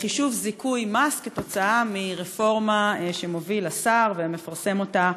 לחישוב זיכוי מס כתוצאה מרפורמה שמוביל השר ומפרסם אותה